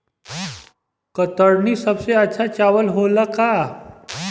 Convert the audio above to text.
कतरनी सबसे अच्छा चावल होला का?